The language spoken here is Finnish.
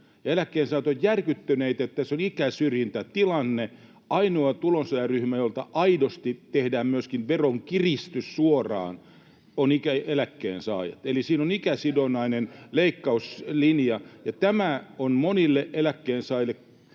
Eläkkeensaajat ovat järkyttyneitä siitä, että tässä on ikäsyrjintätilanne. Ainoa tulonsaajaryhmä, jolta aidosti tehdään myöskin veronkiristys suoraan, on eläkkeensaajat. Eli siinä on ikäsidonnainen leikkauslinja, [Petri Huru: Pienimmät eläkkeet eivät